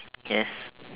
yes